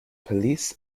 police